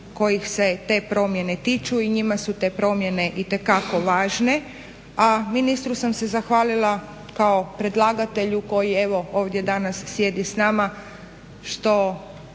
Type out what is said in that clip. kojih se te promjene tiču i njima su te promjene itekako važne. A ministru sam se zahvalila kao predlagatelju koji evo ovdje danas sjedi s nama